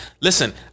Listen